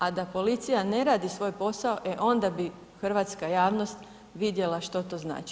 A da policija ne radi svoj posao, e onda bi hrvatska javnost vidjela što to znači.